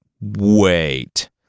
Wait